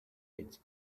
its